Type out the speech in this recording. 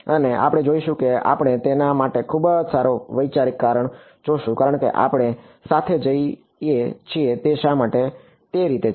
અને આપણે જોઈશું કે આપણે તેના માટે ખૂબ જ સારો વૈચારિક કારણ જોશું કારણ કે આપણે સાથે જઈએ છીએ કે તે શા માટે તે રીતે છે